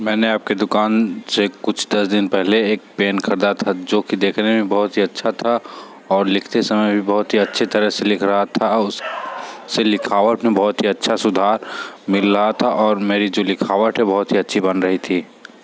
मैंने आपकी दुकान से कुछ दस दिन पहले एक पेन ख़रीदा था जो की देखने में बहुत ही अच्छा था और लिखते समय भी बहुत ही अच्छी तरह से लिख रहा था उससे लिखावट में बहुत ही अच्छा सुधार मिल रहा था और मेरी जो लिखावट है बहुत ही अच्छी बन रही थी